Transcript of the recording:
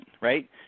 right